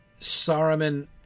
Saruman